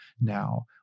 now